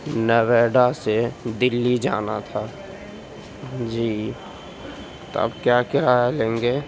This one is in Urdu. نوئیڈا سے دلی جانا تھا جی تو آپ کیا کرایہ لیں گے